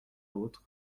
l’autre